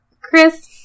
Chris